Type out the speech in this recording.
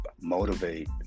motivate